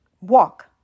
walk